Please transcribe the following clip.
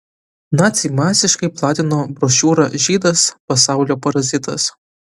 naciai masiškai platino brošiūrą žydas pasaulio parazitas